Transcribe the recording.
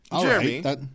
Jeremy